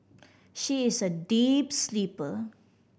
she is a deep sleeper